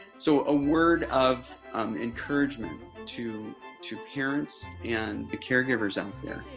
so aword of encouragement to to parents and the caregivers out there